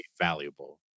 valuable